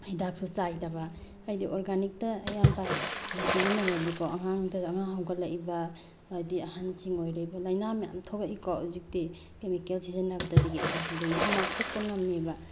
ꯍꯤꯗꯥꯛꯁꯨ ꯆꯥꯏꯗꯕ ꯍꯥꯏꯗꯤ ꯑꯣꯔꯒꯥꯅꯤꯛꯇ ꯑꯌꯥꯝꯕ ꯍꯧꯖꯤꯛ ꯁꯤꯖꯤꯟꯅꯔꯗꯤꯀꯣ ꯑꯉꯥꯡꯗ ꯑꯉꯥꯡ ꯍꯧꯒꯊꯂꯛꯏꯕ ꯍꯥꯏꯗꯤ ꯑꯍꯟꯁꯤꯡ ꯑꯣꯏꯔꯛꯏꯕ ꯂꯥꯏꯅꯥ ꯃꯌꯥꯝ ꯊꯣꯛꯂꯛꯏꯀꯣ ꯍꯧꯖꯤꯛꯇꯤ ꯀꯦꯃꯤꯀꯦꯜ ꯁꯤꯖꯤꯟꯅꯕꯗꯒꯤ ꯑꯗꯨꯗꯒꯤꯁꯨ ꯉꯥꯛꯊꯣꯛꯄ ꯉꯝꯃꯦꯕ